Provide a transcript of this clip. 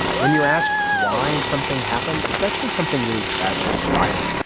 when you're asked why something happened, especially something really tragic or violent,